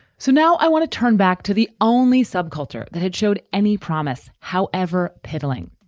so now i want to turn back to the only subculture that had showed any promise, however piddling.